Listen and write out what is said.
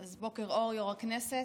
בוקר אור, יו"ר הכנסת.